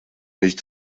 nicht